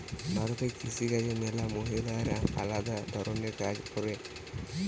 ভারতে কৃষি কাজে ম্যালা মহিলারা আলদা ধরণের কাজ করে